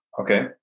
Okay